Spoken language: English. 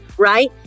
Right